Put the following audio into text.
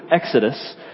Exodus